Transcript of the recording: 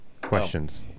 Questions